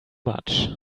much